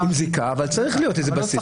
צריך להיות איזה בסיס.